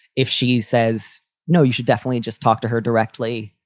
if she says no, you should definitely just talk to her directly.